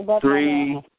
three